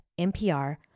NPR